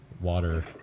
water